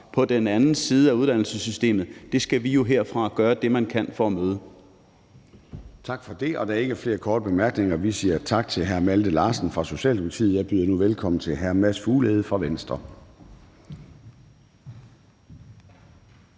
på den anden side af uddannelsessystemet, skal vi jo herfra gøre, hvad vi kan, for at imødekomme. Kl. 14:23 Formanden (Søren Gade): Tak for det. Da der ikke er flere korte bemærkninger, siger vi tak til hr. Malte Larsen fra Socialdemokratiet. Og jeg byder nu velkommen til hr. Mads Fuglede fra Venstre.